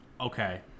Okay